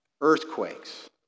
earthquakes